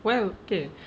well okay